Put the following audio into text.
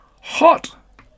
Hot